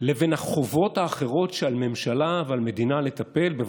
לבין החובות האחרות שעל הממשלה ועל המדינה לטפל בהן,